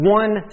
one